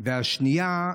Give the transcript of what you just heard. והשנייה,